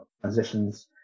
transitions